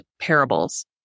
parables